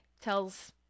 tells